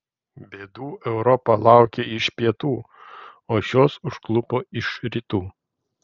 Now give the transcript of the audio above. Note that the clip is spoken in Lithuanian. bėdų europa laukė iš pietų o šios užklupo ir rytų